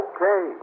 Okay